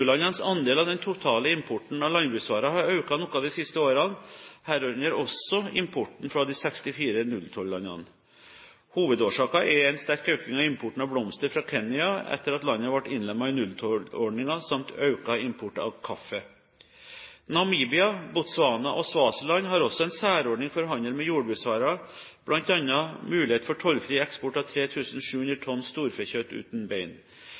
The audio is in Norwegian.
U-landenes andel av den totale importen av landbruksvarer har økt noe de siste årene, herunder også importen fra de 64 nulltollandene. Hovedårsaker er en sterk økning av importen av blomster fra Kenya etter at landet ble innlemmet i nulltollordningen samt økt import av kaffe. Namibia, Botswana og Swaziland har også en særordning for handel med jordbruksvarer, med bl.a. mulighet for tollfri eksport av 3 700 tonn storfekjøtt uten bein.